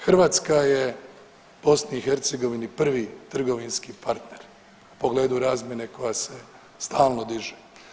Hrvatska je BiH prvi trgovinski partner u pogledu razmjene koja se stalno diže.